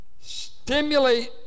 Stimulate